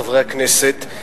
חברי הכנסת,